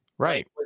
Right